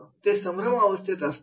ते संभ्रमावस्थेत असतात